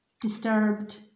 disturbed